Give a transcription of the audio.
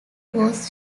was